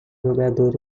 jogador